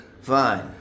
Fine